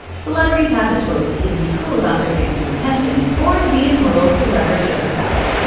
celebrities have the choice to either be cool about their fans' attention or to be a total celebri-jerk about it.